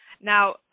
now